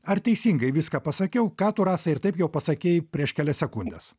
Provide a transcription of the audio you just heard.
ar teisingai viską pasakiau ką tu rasa ir taip jau pasakei prieš kelias sekundes